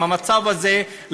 עם המצב הזה,